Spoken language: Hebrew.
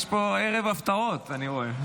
יש פה ערב הפתעות, אני רואה.